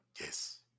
Yes